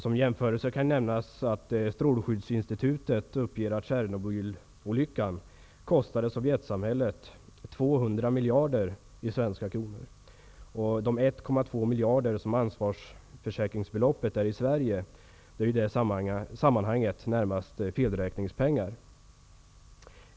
Som jämförelse kan nämnas att Strålskyddsinstitutet uppger att Tjernobylolyckan kostade 1,2 miljarder kronor som utgör ansvarsbeloppet vid försäkring i Sverige är i det sammanhanget närmast felräkningspengar.